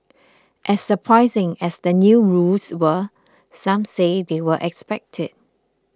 as surprising as the new rules were some say they were expected